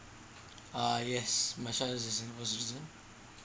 ah yes my son is a singapore citizen